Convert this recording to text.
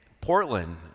Portland